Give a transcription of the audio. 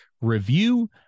review